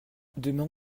demain